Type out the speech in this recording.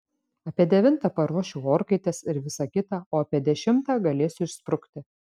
apie devintą paruošiu orkaites ir visa kita o apie dešimtą galėsiu išsprukti